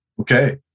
Okay